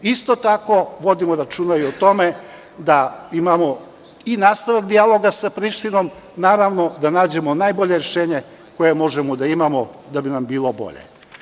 Isto tako, vodimo računa i o tome da imamo i nastavak dijaloga sa Prištinom, naravno, da nađemo najbolje rešenje koje možemo da imamo da bi nam bilo bolje.